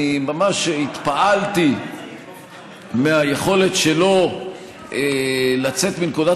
אני ממש התפעלתי מהיכולת שלו לצאת מנקודת